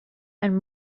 and